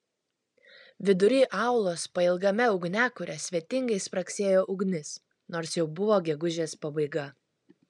vidury aulos pailgame ugniakure svetingai spragsėjo ugnis nors jau buvo gegužės pabaiga